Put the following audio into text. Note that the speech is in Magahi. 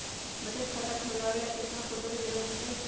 बचत खाता खोलबाबे ला केतना फोटो के जरूरत होतई?